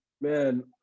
Man